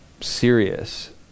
serious